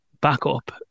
backup